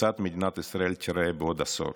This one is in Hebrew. כיצד מדינת ישראל תיראה בעוד עשור